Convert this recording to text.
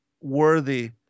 worthy